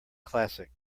classic